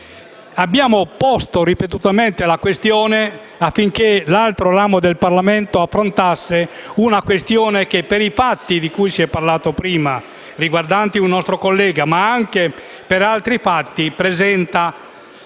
di aver posto ripetutamente la questione affinché l'altro ramo del Parlamento la affrontasse. Si tratta di una questione che, per i fatti di cui si è parlato prima (riguardanti un nostro collega), ma anche per altri, presenta